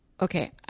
Okay